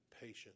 patient